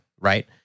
right